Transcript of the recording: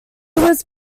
was